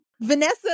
Vanessa